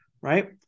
right